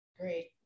Great